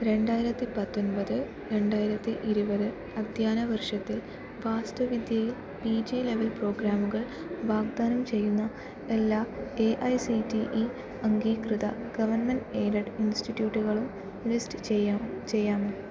രണ്ടായിരത്തി പത്തൊൻപത് രണ്ടായിരത്തി ഇരുപത് അധ്യാന വർഷത്തിൽ വാസ്തുവിദ്യയിൽ പി ജി ലെവൽ പ്രോഗ്രാമുകൾ വാഗ്ദാനം ചെയ്യുന്ന എല്ലാ A I C T E അംഗീകൃത ഗവണ്മെന്റ് എയ്ഡഡ് ഇൻസ്റ്റിറ്റ്യൂട്ടുകളും ലിസ്റ്റ് ചെയ്യാമോ ചെയ്യാമോ